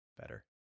better